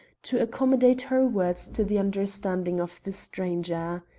to accommodate her words to the understanding of the stranger.